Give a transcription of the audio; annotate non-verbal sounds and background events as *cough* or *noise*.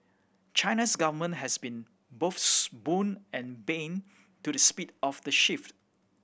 China's government has been both *unintelligible* boon and bane to the speed of the shift